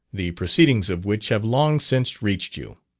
the proceedings of which have long since reached you.